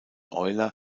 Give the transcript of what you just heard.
euler